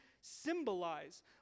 symbolize